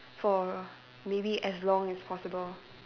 for maybe as long as possible